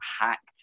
hacked